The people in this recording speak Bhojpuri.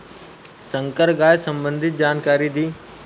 संकर गाय सबंधी जानकारी दी?